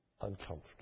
uncomfortable